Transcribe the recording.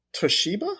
Toshiba